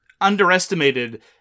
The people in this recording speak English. underestimated